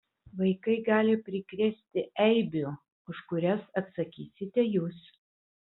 vaikai gali prikrėsti eibių už kurias atsakysite jūs